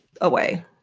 away